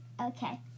Okay